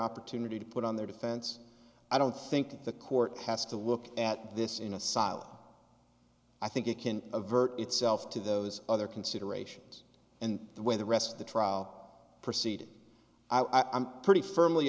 opportunity to put on their defense i don't think the court has to look at this in asylum i think it can avert itself to those other considerations and the way the rest of the trial proceed i am pretty firmly